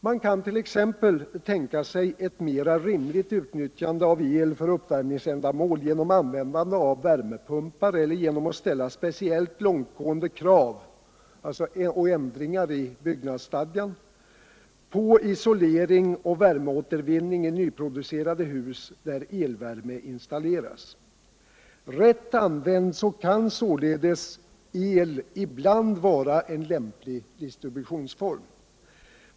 Man kan t.ex. tänka sig ett mera rimligt nyttjande av el för uppvärmningsändamål genom användande av värmepumpar eller genom speciellt långtgående krav — ändringar i byggnadsstadgan — på isolering och värmeåtervinning i nyproducerade hus där elvärme installeras. Rätt använd kan således el ibland vara en lämplig distributionsform.